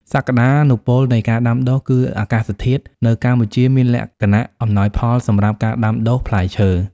សក្តានុពលនៃការដាំដុះ គឺអាកាសធាតុនៅកម្ពុជាមានលក្ខណៈអំណោយផលសម្រាប់ការដាំដុះផ្លែឈើ។